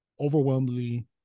overwhelmingly